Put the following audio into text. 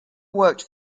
worked